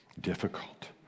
Difficult